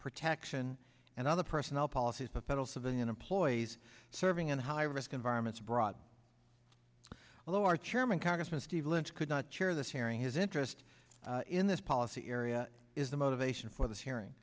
protection and other personnel policies of federal civilian employees serving in high risk environments abroad well our chairman congressman steve lynch could not chair this hearing his interest in this policy area is the motivation for this hearing